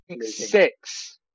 Six